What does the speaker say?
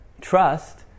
Trust